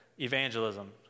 Evangelism